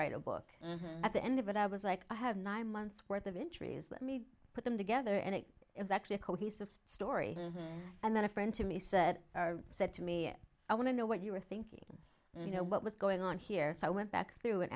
write a book at the end of it i was like i have nine months worth of entries let me put them together and it was actually a cohesive story and then a friend to me said are said to me and i want to know what you were thinking you know what was going on here so i went back through an